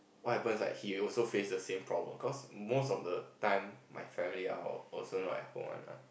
what happens like he also face the same problem cause most of the time my family are also not at home one ah